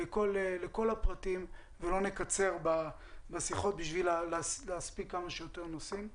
הפרטים ולא נקצר בשיחות בשביל להספיק כמה שיותר נושאים.